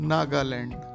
Nagaland